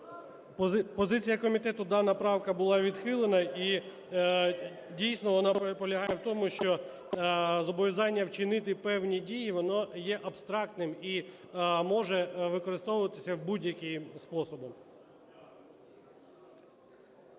Позиція комітету: дана правка була відхилена. І, дійсно, вона полягає в тому, що зобов'язання вчинити певні дії, воно є абстрактним і може використовуватися в будь-який спосіб.